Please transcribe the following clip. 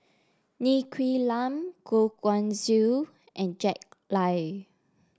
Ng Quee Lam Goh Guan Siew and Jack Lai